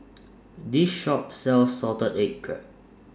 This Shop sells Salted Egg Crab